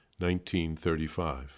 1935